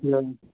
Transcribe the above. मतलब